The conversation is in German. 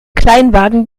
kleinwagen